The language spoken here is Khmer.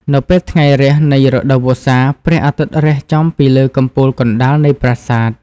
នៅពេលថ្ងៃរះនៃរដូវវស្សា ព្រះអាទិត្យរះចំពីលើកំពូលកណ្តាលនៃប្រាសាទ។